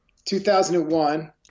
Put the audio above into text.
2001